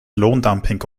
lohndumping